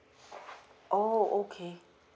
oh okay